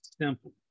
Simple